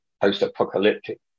post-apocalyptic